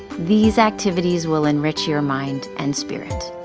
these activities will enrich your mind and spirit.